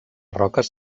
roques